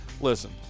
listen